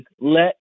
let